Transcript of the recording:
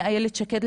איילת שקד,